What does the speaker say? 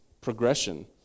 progression